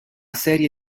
serie